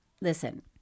listen